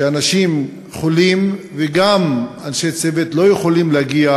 שאנשים חולים ואנשי צוות לא יכולים להגיע